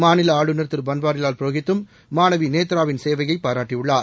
மாநில ஆளுநர் திரு பன்வாரிலால் புரோஹித்தும் மாணவி நேத்ராவின் சேவையை பாராட்டியுள்ளார்